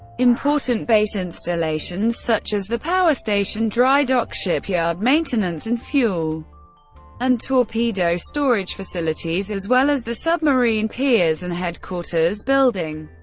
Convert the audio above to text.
important base installations such as the power station, dry dock, shipyard, maintenance, and fuel and torpedo storage facilities, as well as the submarine piers and headquarters building,